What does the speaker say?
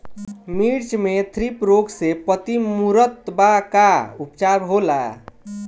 मिर्च मे थ्रिप्स रोग से पत्ती मूरत बा का उपचार होला?